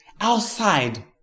outside